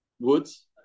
woods